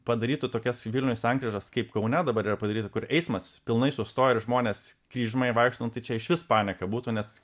padarytų tokias vilniuj sankryžas kaip kaune dabar yra padaryta kur eismas pilnai sustoja ir žmonės kryžmai vaikšto nu tai čia išvis panika būtų nes